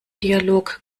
dialog